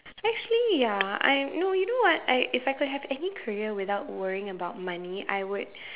actually ya I no you know what I if I could have any career without worrying about money I would